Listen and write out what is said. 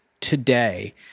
today